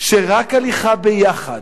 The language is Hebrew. שרק הליכה ביחד,